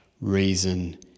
reason